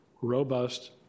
robust